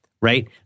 right